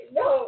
no